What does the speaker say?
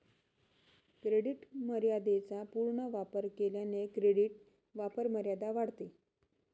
credit मर्यादेचा पूर्ण वापर केल्याने क्रेडिट वापरमर्यादा वाढते